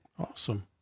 Awesome